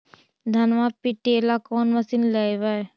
धनमा पिटेला कौन मशीन लैबै?